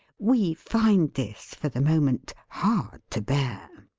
we find this, for the moment, hard to bear.